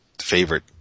favorite